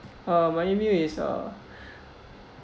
uh ) my email is uh